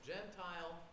Gentile